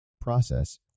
process